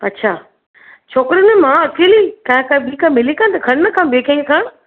अच्छा छोकिरियुनि में मां अकेली काए काए ॿी का मिली कान खण न का ॿी काई खणु